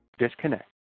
disconnect